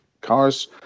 cars